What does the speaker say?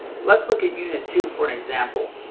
let's look at unit two for example.